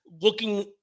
looking